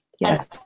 Yes